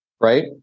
right